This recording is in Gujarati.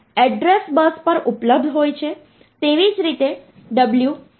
હેકઝાડેસિમલ નંબર સિસ્ટમમાં 13 એ પ્રતીક D દ્વારા રજૂ થાય છે